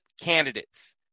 candidates